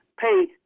pay